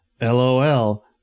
LOL